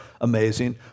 amazing